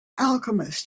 alchemist